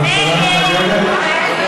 תודה.